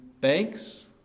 banks